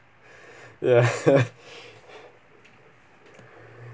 ya